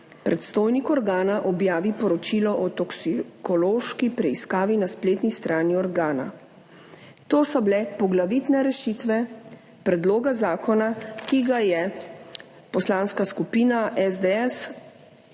Predstojnik organa objavi poročilo o toksikološki preiskavi na spletni strani organa. To so bile poglavitne rešitve predloga zakona, ki ga je Poslanska skupina SDS